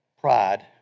pride